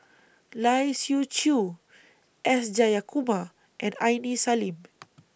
Lai Siu Chiu S Jayakumar and Aini Salim